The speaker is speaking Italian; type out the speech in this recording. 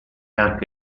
anche